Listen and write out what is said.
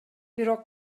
бирок